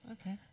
Okay